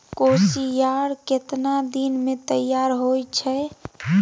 कोसियार केतना दिन मे तैयार हौय छै?